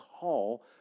call